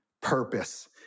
purpose